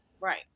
right